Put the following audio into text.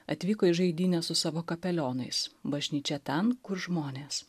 atvyko į žaidynes su savo kapelionais bažnyčia ten kur žmonės